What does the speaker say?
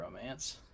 romance